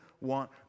want